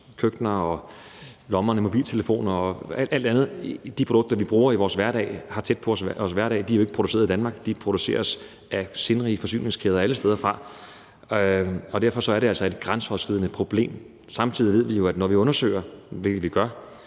køkkener og i lommerne med mobiltelefoner og alt det andet – er jo ikke produceret i Danmark, men de produceres af sindrige forsyningskæder alle steder fra. Derfor er det altså et grænseoverskridende problem. Samtidig ved vi, at når vi undersøger – hvilket vi jo